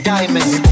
Diamonds